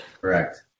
Correct